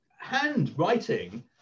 handwriting